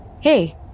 Hey